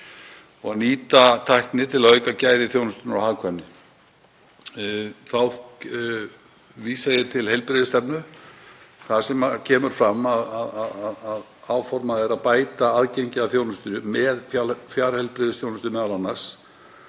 að nýta tækni til að auka gæði þjónustunnar og hagkvæmni. Þá vísa ég til heilbrigðisstefnu þar sem kemur fram að áformað er að bæta aðgengi að þjónustu með fjarheilbrigðisþjónustu m.a.